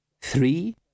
Three